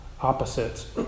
opposites